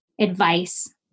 advice